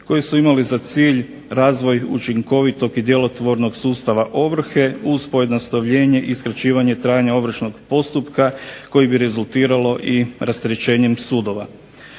koji su imali za cilj razvoj učinkovitog i djelotvornog sustava ovrhe uz pojednostavljenje i skraćivanje trajanja ovršnog postupka koji bi rezultiralo i rasterećenjem sudova.